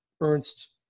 Ernst